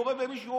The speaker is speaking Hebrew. יורה במישהו,